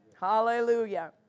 Hallelujah